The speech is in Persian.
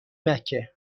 مکه